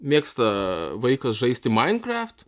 mėgsta vaikas žaisti minecraft